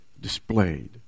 displayed